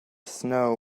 snow